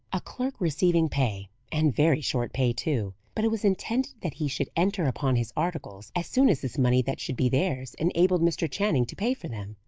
a clerk receiving pay and very short pay, too but it was intended that he should enter upon his articles as soon as this money that should be theirs enabled mr. channing to pay for them.